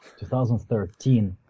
2013